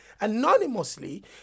anonymously